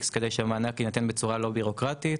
כדי שהמענק יינתן בצורה לא בירוקרטית,